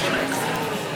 נתקבלה.